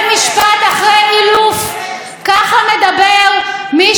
ככה מדבר מי שרוצה בית משפט אחרי אילוף.